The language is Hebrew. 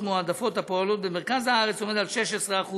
מועדפות הפועלות במרכז הארץ עומד על 16%,